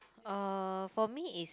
uh for me it's